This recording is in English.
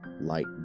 light